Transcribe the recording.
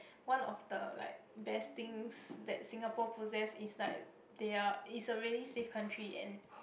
one of the like best things that Singapore possess is like they are is a really safe country and